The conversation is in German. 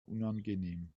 unangenehm